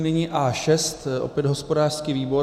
Nyní A6 opět hospodářský výbor.